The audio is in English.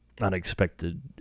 Unexpected